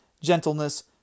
gentleness